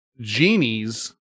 genies